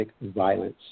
violence